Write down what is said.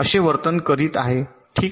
असे वर्तन करीत आहे ठीक आहे